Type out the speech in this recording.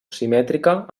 simètrica